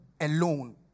alone